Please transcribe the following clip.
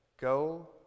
go